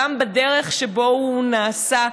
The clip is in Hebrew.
גם בדרך שבה הוא נעשה.